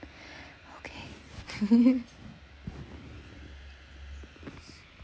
okay